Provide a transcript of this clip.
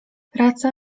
praca